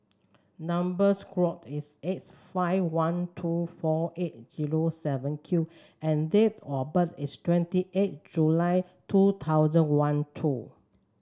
number square is S five one two four eight zero seven Q and date of birth is twenty eight July two thousand one two